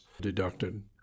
deducted